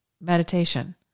meditation